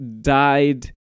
died